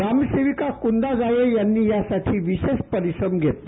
ग्रामसेविका कृंदा जावळे यांनी यासाठी विशेष परिश्रम घेतले